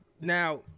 Now